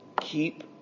Keep